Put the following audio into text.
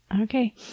Okay